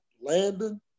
Landon